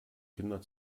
kinder